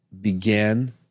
began